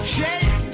Shake